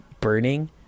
burning